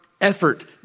effort